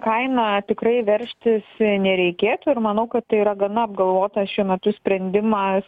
kaina tikrai veržtis nereikėtų ir manau kad tai yra gana apgalvotas šiuo metu sprendimas